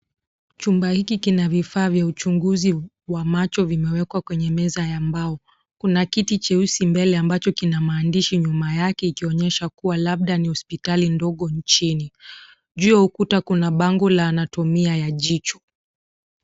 Chumba hiki kina vifaa vya uchunguzi wa macho vimewekwa kwenye meza ya mbao. Kuna kiti cheusi mbele ambacho kina maandishi nyuma yake ikionyesha kuwa labda ni hospitali ndogo nchini. Juu ya ukuta kuna bango la anatumia ya jicho.